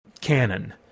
Canon